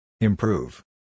Improve